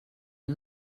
you